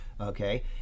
okay